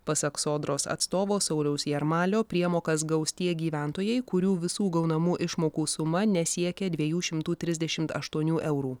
pasak sodros atstovo sauliaus jarmalio priemokas gaus tie gyventojai kurių visų gaunamų išmokų suma nesiekia dviejų šimtų trisdešimt aštuonių eurų